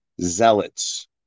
zealots